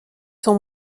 sont